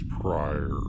prior